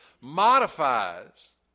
modifies